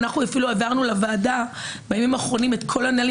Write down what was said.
אנחנו אפילו העברנו לוועדה את כל הנהלים.